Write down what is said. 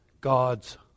God's